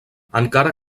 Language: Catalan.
encara